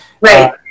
Right